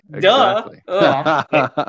Duh